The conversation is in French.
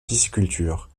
pisciculture